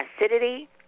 Acidity